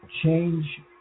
change